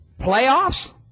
Playoffs